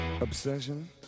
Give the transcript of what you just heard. obsession